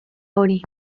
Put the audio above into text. hori